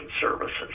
services